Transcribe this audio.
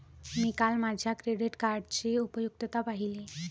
मी काल माझ्या क्रेडिट कार्डची उपयुक्तता पाहिली